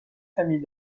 famille